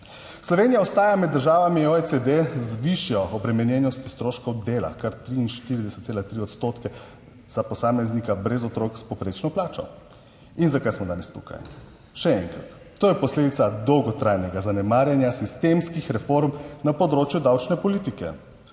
Slovenija ostaja med državami OECD z višjo obremenjenostjo stroškov dela, kar 43,3 odstotke za posameznika brez otrok s povprečno plačo. In zakaj smo danes tukaj? Še enkrat, to je posledica dolgotrajnega zanemarjanja sistemskih reform na področju davčne politike.